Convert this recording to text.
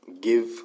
Give